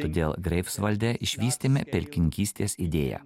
todėl greifsvalde išvystėme pelkininkystės idėją